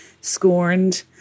scorned